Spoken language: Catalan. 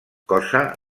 cosa